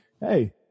hey